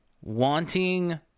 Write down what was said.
wanting